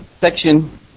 section